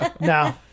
No